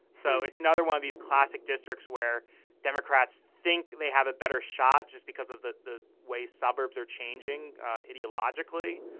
so it's another one of these classic districts where democrats think they have a better shot just because of the the way suburbs are changing ideologically.